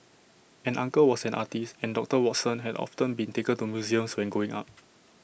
an uncle was an artist and doctor Watson had often been taken to museums when growing up